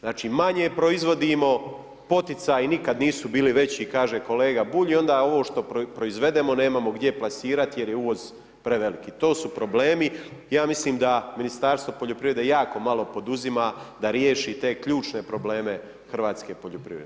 Znači manje proizvodimo, poticaji nikad nisu bili veći kaže kolega Bulj i onda ovo što proizvedemo nemamo gdje plasirat jer je uvoz preveliki, to su problemi, ja mislim da Ministarstvo poljoprivrede jako malo poduzima da riješi te ključne probleme hrvatske poljoprivrede.